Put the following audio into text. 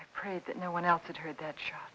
i prayed that no one else had heard that shot